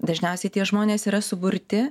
dažniausiai tie žmonės yra suburti